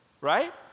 right